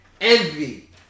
Envy